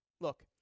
Look